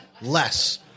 less